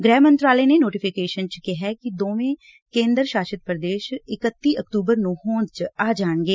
ਗ੍ਹਿ ਮੰਤਰਾਲੇ ਨੇ ਨੋਟੀਫਿਕੇਸ਼ਨ 'ਚ ਕਿਹੈ ਕਿ ਦੋਵੇਂ ਕੇਂਦਰ ਸ਼ਾਸਤ ਪ੍ਰਦੇਸ਼ ਇਕੱਤੀ ਅਕਤੂਬਰ ਨੂੰ ਹੋਂਦ 'ਚ ਆ ਜਾਣਗੇ